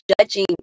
judging